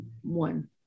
one